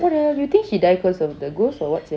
what the you think she died cause of the ghost or what sia